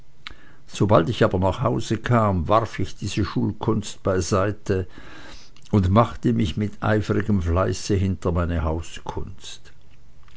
sobald ich aber nach hause kam warf ich diese schulkunst beiseite und machte mich mit eifrigem fleiße hinter meine